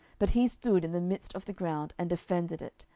but he stood in the midst of the ground, and defended it,